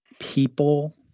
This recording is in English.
people